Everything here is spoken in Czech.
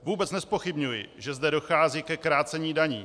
Vůbec nezpochybňuji, že zde dochází ke krácení daní.